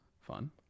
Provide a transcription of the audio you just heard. fun